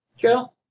Joe